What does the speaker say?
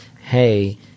hey